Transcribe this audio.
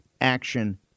action